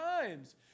times